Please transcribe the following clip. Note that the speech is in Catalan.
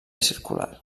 circular